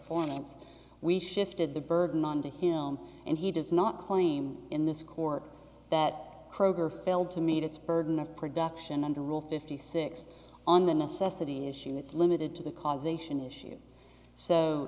formants we shifted the burden on to him and he does not claim in this court that kroger failed to meet its burden of production on the rule fifty six on the necessity issue it's limited to the causation issue so